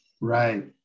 Right